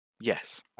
yes